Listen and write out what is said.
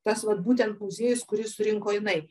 tas vat būtent muziejus kurį surinko jinai